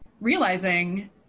realizing